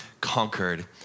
conquered